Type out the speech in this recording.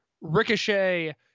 Ricochet